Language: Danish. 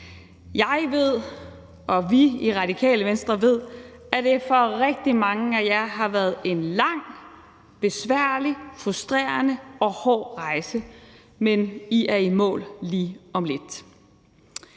Jeg ved og vi i Radikale Venstre ved, at det for rigtig mange af jer har været en lang, besværlig, frustrerende og hård rejse, men I er i mål lige om lidt.